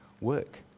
work